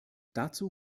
dazu